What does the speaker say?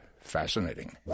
fascinating